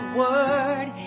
word